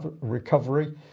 recovery